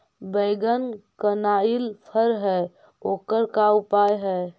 बैगन कनाइल फर है ओकर का उपाय है?